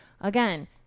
again